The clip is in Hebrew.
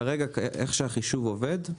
כרגע, איך שהחישוב עובד,